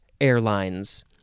airlines